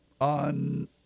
on